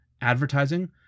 advertising